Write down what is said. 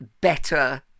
better